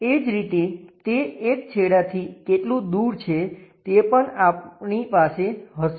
એ જ રીતે તે એક છેડાથી કેટલું દૂર છે તે પણ આપણી પાસે હશે